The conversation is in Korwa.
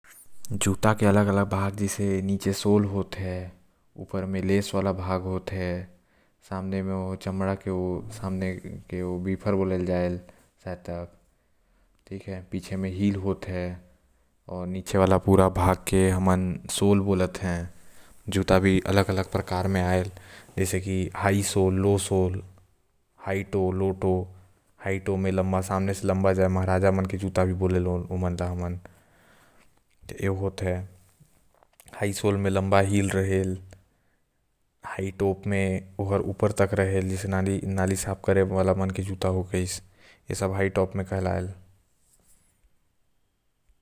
जूता के अलग अलग भाग जैसे नीचे सोल होएल आऊ जेमा पैर ल डालबे त पूरा गद्दा जैसन लगते आऊ। ओकर फीता जेन ल कोनो कोनो भाषा म धागा भी कहा लाते आऊ। सामने के चमड़ा वाला भाग जेला बिफर बोले जायल आऊ नीचे वाला भाग जेल हील कहलाते। जूता भी अलग अलग प्रकार म आएल जैसे हाय सोल लो सोल।